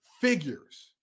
figures